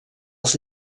els